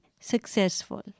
successful